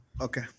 Okay